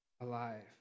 alive